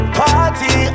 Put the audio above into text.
party